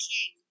King